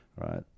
right